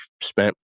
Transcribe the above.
spent